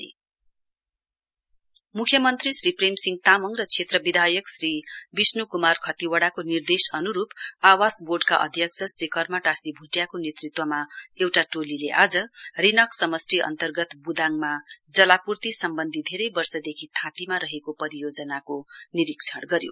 chairman visit मुख्यमन्त्री श्री प्रेम सिंह तामाङ र क्षेत्र विधायक श्री विष्णु कुमार खतिवडाको निर्देश अनुरूप आवास बोर्डका अध्यक्ष श्री कर्मा टाशी भुटियाको नेतृत्वमा एउटा टोलीले आज रिनाक समष्टि अन्तर्गत बुदाङमा जलापूर्ति सम्बन्धी धेरै वर्षदेखि थाँतीमा रहेको परियोजनाको निरीक्षण गर्यो